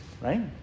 right